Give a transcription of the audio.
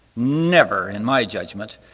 never, in my judgment.